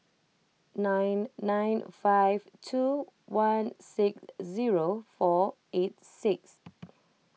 nine nine five two one six zero four eight six